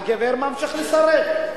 הגבר ממשיך לסרב.